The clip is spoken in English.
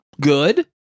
good